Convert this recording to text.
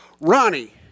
Ronnie